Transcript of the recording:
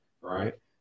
right